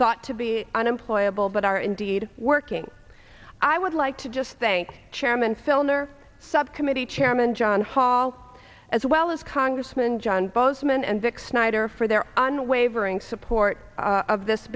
thought to be unemployable but are indeed working i would like to just thank chairman filner subcommittee chairman john hall as well as congressman john bozeman and dick snyder for their unwavering support of this